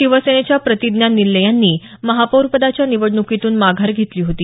शिवसेनेच्या प्रतिज्ञा निल्ले यांनी महापौरपदाच्या निवडण्कीतून माघार घेतली होती